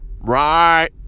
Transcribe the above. right